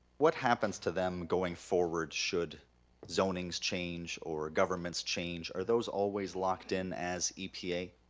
what happens to them going forward should zonings change or governments change? are those always locked in as epa?